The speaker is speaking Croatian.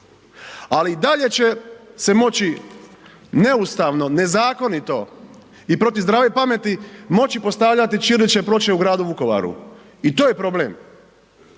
Ali i dalje će se moći neustavno, nezakonito i protiv zdrave pameti moći postavljati ćirilične ploče u gradu Vukovaru i to je problem.